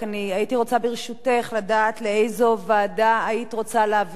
לדעת לאיזו ועדה היית רוצה להעביר את הנושא.